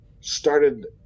started